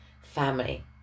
family